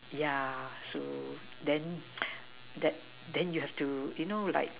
yeah so then then then you'll have to you know like